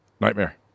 nightmare